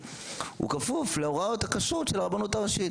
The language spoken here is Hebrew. כפוף להוראות הכשרות של הרבנות הראשית.